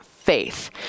Faith